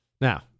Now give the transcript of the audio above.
Now